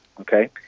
okay